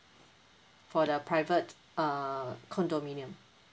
for the private uh condominium